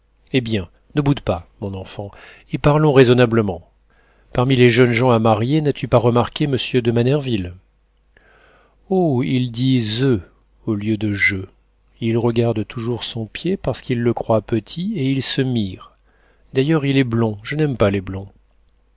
eh bien ne boude pas mon enfant et parlons raisonnablement parmi les jeunes gens à marier n'as-tu pas remarqué monsieur de manerville oh il dit zeu au lieu de jeu il regarde toujours son pied parce qu'il le croit petit et il se mire d'ailleurs il est blond je n'aime pas les blonds